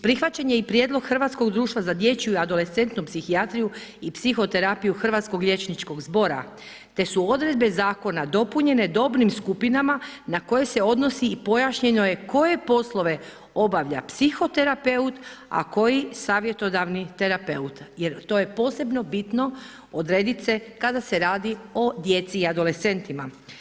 Prihvaćen je i prijedlog Hrvatskog društva za dječju i adolescentnu psihijatriju i psihoterapiju Hrvatskog liječničkog zbora, te su odredbe Zakona dopunjene dobnim skupinama na koje se odnosi i pojašnjeno je koje poslove obavlja psihoterapeut, a koji savjetodavni terapeut jer to je posebno bitno odrediti se kada se radi o djeci i adolescentima.